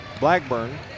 Blackburn